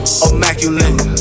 immaculate